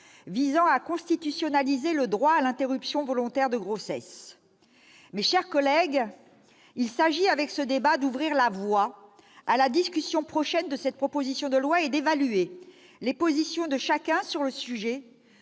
visant à inscrire le droit à l'interruption volontaire de grossesse dans la Constitution. Mes chers collègues, il s'agit, avec le présent débat, d'ouvrir la voie à la discussion prochaine de cette proposition de loi et d'évaluer les positions de chacun sur le sujet,